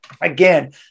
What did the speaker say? again